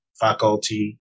faculty